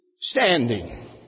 Standing